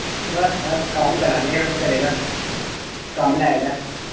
बस बस कम्म करा ने आं घरै दा कम्म लाए दा ऐ